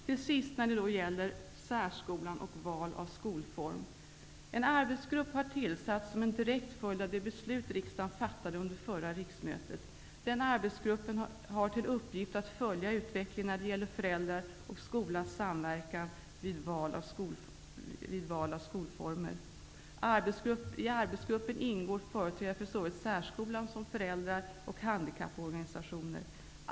Jag vill när det gäller särskolan och val av skolform säga följande. En arbetsgrupp har tillsatts som en direkt följd av det beslut riksdagen fattade under förra riksmötet. Den arbetsgruppen har till uppgift att följa utvecklingen när det gäller föräldrar och skolans samverkan vid val av skolformer. I arbetsgruppen ingår företrädare för såväl särskolan som föräldrar och handikapporganisationer.